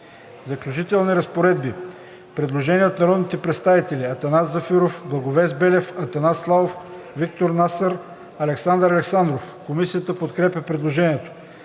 „Заключителни разпоредби“. Предложение от народните представители